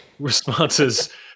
responses